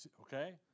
Okay